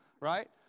Right